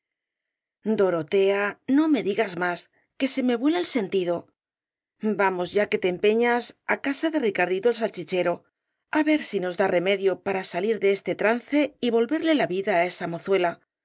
dorotea no me digas más que se me vuela el sentido vamos ya que te empeñas á casa de ricardito el salchichero á ver si nos da remedio para salir de este trance y volverle la vida á esa